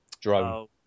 Drone